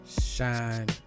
shine